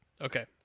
Okay